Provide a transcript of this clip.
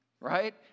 right